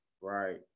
Right